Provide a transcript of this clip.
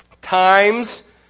Times